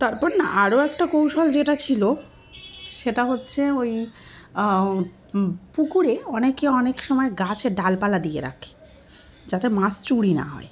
তারপর না আরও একটা কৌশল যেটা ছিলো সেটা হচ্ছে ওই পুকুরে অনেকে অনেক সময় গাছের ডালপালা দিয়ে রাখে যাতে মাছ চুরি না হয়